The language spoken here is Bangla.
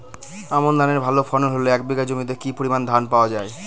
আমন ধানের ভালো ফলন হলে এক বিঘা জমিতে কি পরিমান ধান পাওয়া যায়?